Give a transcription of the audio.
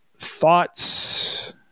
thoughts